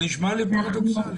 זה נשמע לי פרדוקסלי.